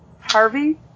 harvey